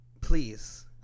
please